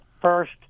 First